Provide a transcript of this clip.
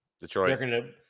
Detroit